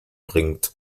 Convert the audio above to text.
bringt